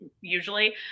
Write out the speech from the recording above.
usually